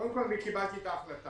קודם כול, אני קיבלתי את ההחלטה